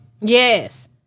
yes